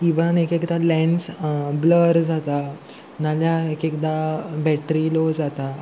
even एक एकदां lens blur जाता नाल्या एक एकदां बॅटरी लो जाता